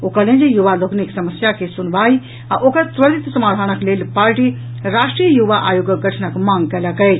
ओ कहलनि जे युवा लोकनिक समस्या के सुनवाई आ ओकर त्वरित समाधानक लेल पार्टी राष्ट्रीय युवा आयोगक गठनक मांग कयलक अछि